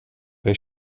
they